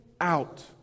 out